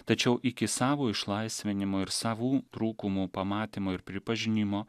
tačiau iki savo išlaisvinimo ir savų trūkumų pamatymo ir pripažinimo